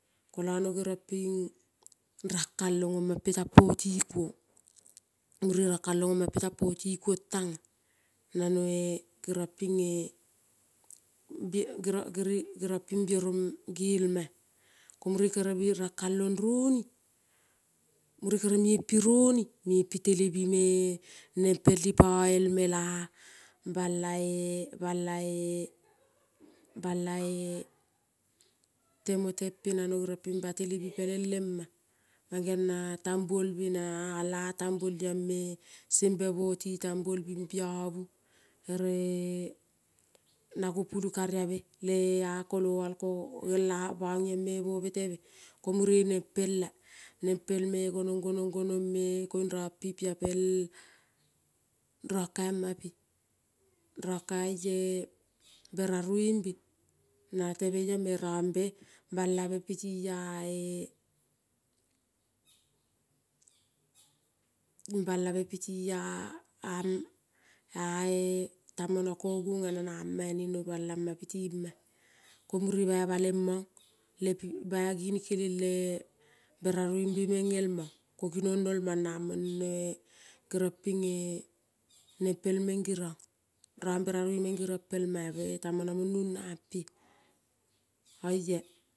Kolo no gerion ping rankalon oma petan poti kuon mure rankalon oma petan poti kuona. Nanoe gerion pin gelma bi gere gerionpin gelma ko mure kere rankalon roni mure kere mienpi roni miempi telebi me nempel i po elmela bala e. Bala e temote pe pelen nano batelebi le ma mangeon na tambuol sembe boti tambuol bin biobu, ere na gopulu kariabe le a kolo-ol ko gerel a bonion bobe tebe ko mure nempela, nempel me gonon gonon me koun ron pipia pel ron kaimape, ronkai beraroi be nate be ion me rombe balabe piti a e tamono konona nama nino balama. Ko mure bai balemon le pi bai gini beraroi be men elmon. Ko ginon nolmon namon nempel men rong beraroi men geron pel ma-a tamono mone on nampe-a oia.